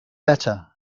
better